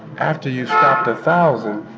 after you've stopped a thousand,